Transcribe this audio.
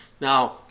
Now